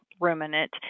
ruminant